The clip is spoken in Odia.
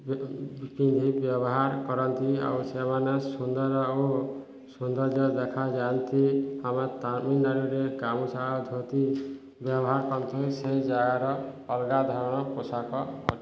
ପିନ୍ଧି ବ୍ୟବହାର କରନ୍ତି ଆଉ ସେମାନେ ସୁନ୍ଦର ଓ ସୌନ୍ଦର୍ଯ୍ୟ ଦେଖାଯାଆନ୍ତି ଆମେ ତାମିଲନାଡ଼ୁରେ ଗାମୁଛା ଧୋତି ବ୍ୟବହାର କରନ୍ତି ସେ ଜାଗାର ଅଲଗା ଧରଣ ପୋଷାକ ଅଟେ